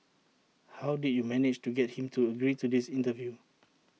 how did you manage to get him to agree to this interview